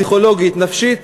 פסיכולוגית ונפשית,